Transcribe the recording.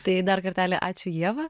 tai dar kartelį ačiū ieva